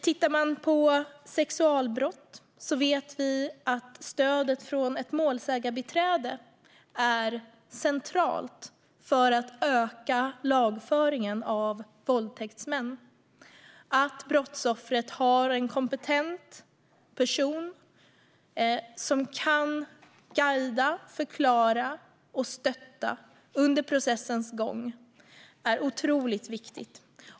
När det gäller sexualbrott vet vi att stöd från målsägarbiträden är centralt för att öka lagföringen av våldtäktsmän. Att brottsoffret har en kompetent person som kan guida, förklara och stötta under processens gång är otroligt viktigt.